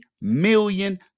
million